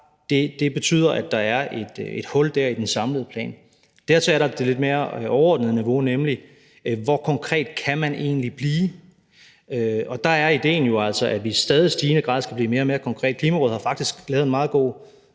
det betyder, at der er et hul der i den samlede plan. Dertil er der det lidt mere overordnede niveau, nemlig: Hvor konkret kan man egentlig blive? Og der er idéen jo altså, at vi i stadig stigende grad skal blive mere og mere konkrete. Klimarådet har faktisk lavet en meget god